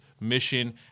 mission